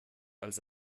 als